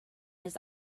his